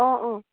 অঁ অঁ